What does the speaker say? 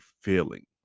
feeling